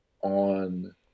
on